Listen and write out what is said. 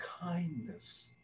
kindness